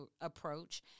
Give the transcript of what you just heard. approach